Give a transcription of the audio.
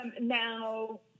now